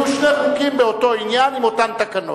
יהיו שני חוקים באותו עניין עם אותן תקנות.